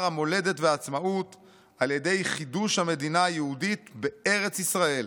המולדת והעצמאות על ידי חידוש המדינה היהודית בארץ ישראל,